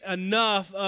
enough